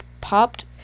popped